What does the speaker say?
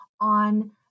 on